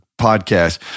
podcast